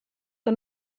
que